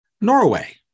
Norway